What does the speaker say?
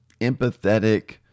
empathetic